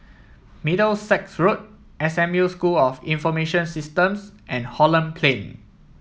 Middlesex Road S M U School of Information Systems and Holland Plain